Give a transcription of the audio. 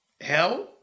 hell